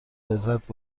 لذت